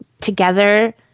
Together